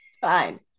fine